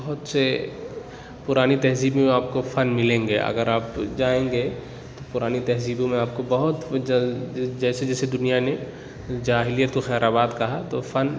بہت سے پُرانی تہذیب میں آپ کو فن ملیں گے اگر آپ جائیں گے پُرانی تہذیبوں میں آپ کو بہت کچھ جل جیسے جیسے دُنیا نے جاہلیت کو خیر آباد کہا تو فن